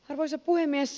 arvoisa puhemies